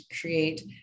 create